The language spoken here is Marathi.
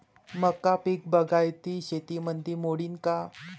मका पीक बागायती शेतीमंदी मोडीन का?